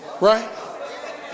Right